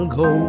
go